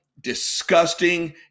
disgusting